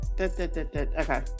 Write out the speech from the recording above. Okay